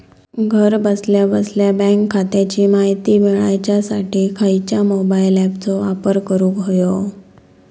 घरा बसल्या बसल्या बँक खात्याची माहिती मिळाच्यासाठी खायच्या मोबाईल ॲपाचो वापर करूक होयो?